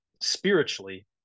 spiritually